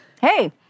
Hey